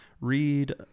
Read